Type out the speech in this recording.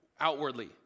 outwardly